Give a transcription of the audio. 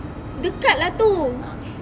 dekat lah tu